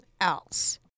else